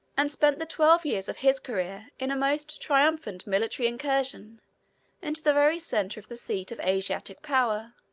and spent the twelve years of his career in a most triumphant military incursion into the very center of the seat of asiatic power,